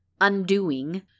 undoing